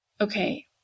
okay